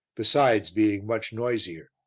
besides being much noisier,